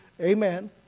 Amen